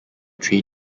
three